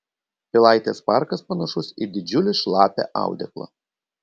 pilaitės parkas panašus į didžiulį šlapią audeklą